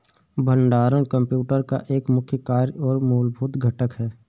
भंडारण कंप्यूटर का एक मुख्य कार्य और मूलभूत घटक है